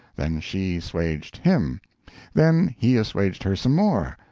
then she assuaged him then he assuaged her some more,